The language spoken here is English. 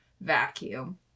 vacuum